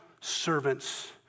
servants